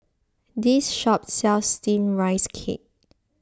this shop sells Steamed Rice Cake